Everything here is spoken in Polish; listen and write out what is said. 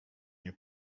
nie